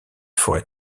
forêts